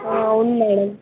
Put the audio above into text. ఆ అవును మ్యాడమ్